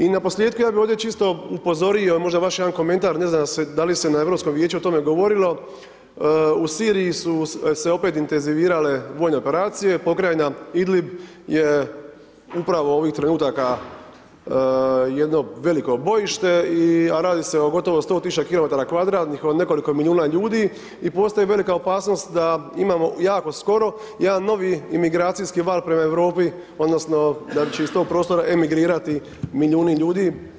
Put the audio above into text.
I na posljetku ja bih ovdje čisto upozorio i možda vaš jedan komentar ne znam da li se na Europskom vijeću o tome govorilo, u Siriji su se opet intenzivirale vojne operacije, pokrajina Idlib je upravo ovih trenutaka jedno veliko bojište a radi se o gotovo 100 tisuća kilometara kvadratnih od nekoliko milijuna ljudi i postoji velika opasnost da imamo jako skoro jedan novi imigracijski val prema Europi odnosno da će iz tog prostora emigrirati milijuni ljudi.